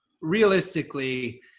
realistically